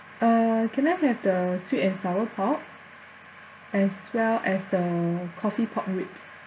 uh can I have the sweet and sour pork as well as the coffee pork ribs